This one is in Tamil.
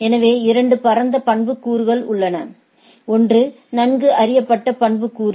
எனவே 2 பரந்த பண்புக்கூறுகள் உள்ளன ஒன்று நன்கு அறியப்பட்ட பண்புக்கூறு